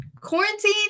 quarantine